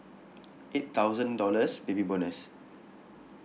eight thousand dollars baby bonus